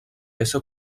esser